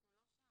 אנחנו לא שם.